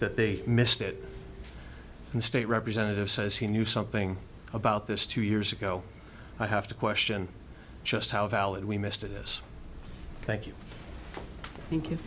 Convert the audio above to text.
that they missed it the state representative says he knew something about this two years ago i have to question just how valid we missed this thank you thank you